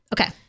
Okay